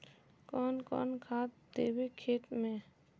कौन कौन खाद देवे खेत में?